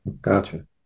Gotcha